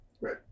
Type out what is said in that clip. right